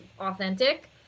authentic